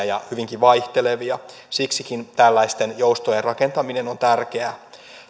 ja hyvinkin vaihtelevia siksikin tällaisten joustojen rakentaminen on tärkeää